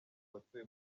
batuye